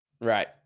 Right